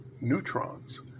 neutrons